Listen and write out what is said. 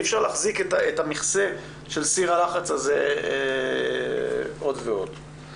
אי אפשר להחזיק את המכסה של סיר הלחץ הזה עוד ועוד.